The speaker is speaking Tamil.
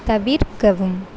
தவிர்க்கவும்